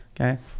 okay